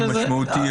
המשמעות?